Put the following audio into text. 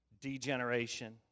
degeneration